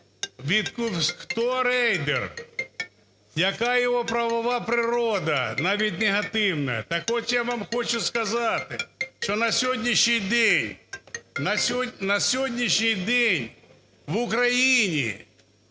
хто рейдер, яка його правова природа, навіть негативна. Так от я вам хочу сказати, що на сьогоднішній день, на